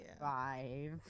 five